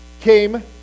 came